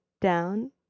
down